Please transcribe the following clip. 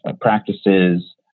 practices